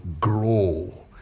grow